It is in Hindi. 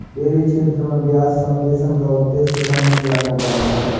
डेयरी क्षेत्र में ब्याज सब्वेंशन का उद्देश्य किसानों की आय को बढ़ाना है